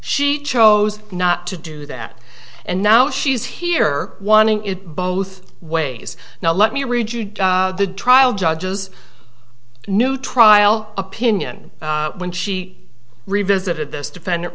she chose not to do that and now she's here wanting it both ways now let me read you the trial judge's new trial opinion when she revisited this defendant